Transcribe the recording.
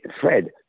Fred